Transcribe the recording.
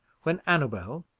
when annabel,